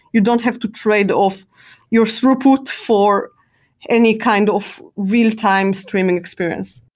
you don't have to tradeoff your throughput for any kind of real-time streaming experience.